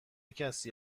کسی